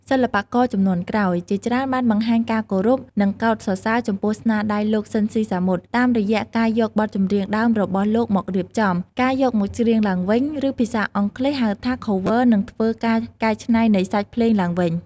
សិល្បករជំនាន់ក្រោយជាច្រើនបានបង្ហាញការគោរព និងកោតសរសើរចំពោះស្នាដៃលោក ស៊ីន ស៊ីសាមុត តាមរយៈការយកបទចម្រៀងដើមរបស់លោកមករៀបចំ ការយកមកច្រៀងឡើងវិញ ឬភាសាអង់គ្លេស ហៅថា Cover និងធ្វើ ការកែច្នៃនៃសាច់ភ្លេងឡើងវិញ ។